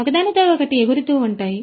ఒకదానితో ఒకటి ఎగురుతూ ఉంటాయి